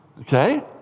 Okay